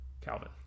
calvin